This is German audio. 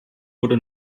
wurde